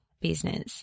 business